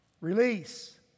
release